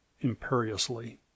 imperiously